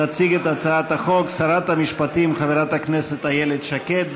תציג את הצעת החוק שרת המשפטים חברת הכנסת איילת שקד.